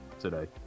today